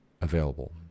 available